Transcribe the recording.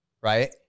right